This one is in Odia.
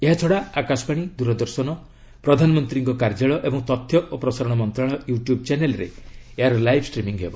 ଏହାଛଡ଼ା ଆକାଶବାଣୀ ଦୂରଦର୍ଶନ ପ୍ରଧାନମନ୍ତ୍ରୀଙ୍କ କାର୍ଯ୍ୟାଳୟ ଏବଂ ତଥ୍ୟ ଓ ପ୍ରସାରଣ ମନ୍ତ୍ରଶାଳୟ ୟୁ ଟ୍ୟୁବ୍ ଚ୍ୟାନେଲ୍ରେ ଏହାର ଲାଇଭ୍ ଷ୍ଟ୍ରିମିଙ୍ଗ୍ ହେବ